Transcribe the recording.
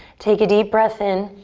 take a deep breath in,